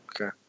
okay